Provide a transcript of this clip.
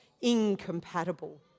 incompatible